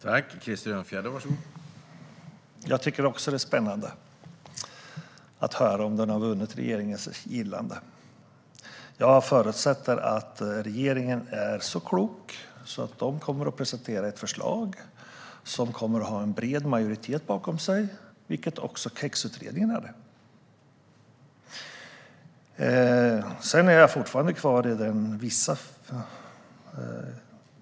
Herr talman! Jag tycker också att det ska bli spännande att höra om det har vunnit regeringens gillande. Jag förutsätter att regeringen är så klok att den kommer att presentera ett förslag som kommer att ha en bred majoritet bakom sig, vilket också KEX-utredningen hade.